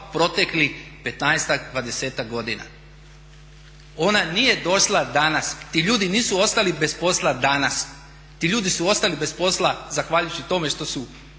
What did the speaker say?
dvadesetak godina. Ona nije došla danas. Ti ljudi nisu ostali bez posla danas, ti ljudi su ostali bez posla zahvaljujući tome što su